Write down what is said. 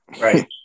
Right